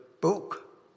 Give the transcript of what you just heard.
book